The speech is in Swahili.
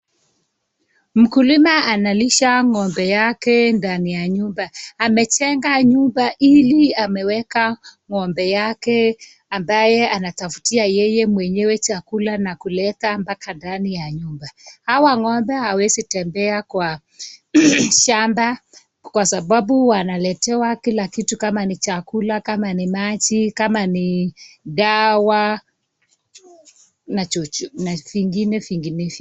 Mkulima analisha ng'ombe yake ndani ya nyumba. Amejenga nyumba ili ameweka ng'ombe yake ambaye anatafutiwa yeye mwenyewe chakula na kuleta mpaka ndani ya nyumba. Hawa ng'ombe hawezi tembea kwa shamba kwa sababu wanaletewa kila kitu kama ni chakula, kama ni maji, kama ni dawa na vingine vingine.